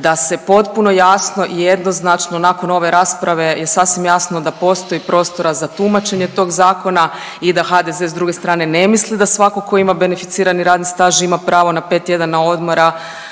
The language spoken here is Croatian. da se potpuno jasno i jednoznačno nakon ove rasprave je sasvim jasno da postoji prostora za tumačenje tog zakona i da HDZ s druge strane ne misli da svako tko ima beneficirani radni staž ima pravo na 5 tjedana odmora,